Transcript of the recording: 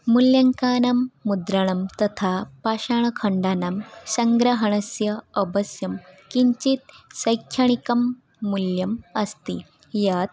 मूल्यङ्कानां मुद्राणां तथा पाषाणखण्डानां सङ्ग्रहणस्य अवश्यं किञ्चित् शैक्षणिकं मूल्यम् अस्ति यत्